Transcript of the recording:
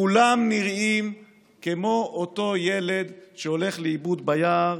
כולם נראים כמו אותו ילד שהולך לאיבוד ביער